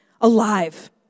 alive